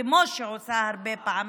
כמו שעושה הרבה פעמים,